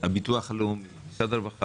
במשרד הרווחה